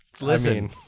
listen